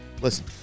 Listen